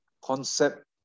concept